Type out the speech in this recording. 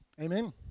Amen